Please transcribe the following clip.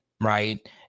Right